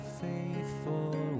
faithful